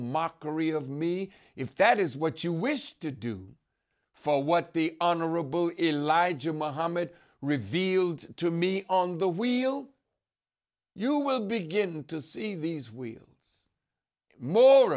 mockery of me if that is what you wish to do for what the honorable in lijun mohamad revealed to me on the wheel you will begin to see these wheels more